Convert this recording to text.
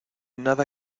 nada